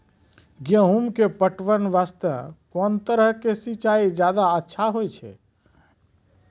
गेहूँ के पटवन वास्ते कोंन तरह के सिंचाई ज्यादा अच्छा होय छै?